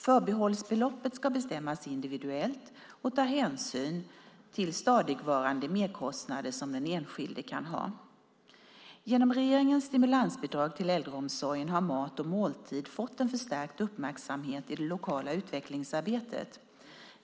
Förbehållsbeloppet ska bestämmas individuellt och ta hänsyn till stadigvarande merkostnader som den enskilde kan ha. Genom regeringens stimulansbidrag till äldreomsorgen har mat och måltid fått en förstärkt uppmärksamhet i det lokala utvecklingsarbetet.